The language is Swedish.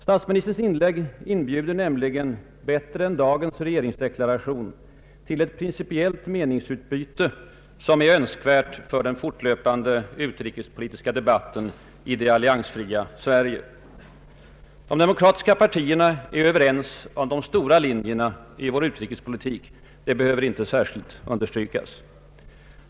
Statsministerns inlägg inbjuder nämligen — bättre än dagens regeringsdeklaration — till ett principiellt meningsutbyte som är önskvärt för den fortlöpande utrikespolitiska debatten i det alliansfria Sverige. De demokratiska partierna är överens om de stora linjerna i vår utrikespolitik, det behöver inte särskilt understrykas.